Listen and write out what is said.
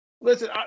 listen